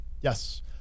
Yes